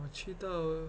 我去到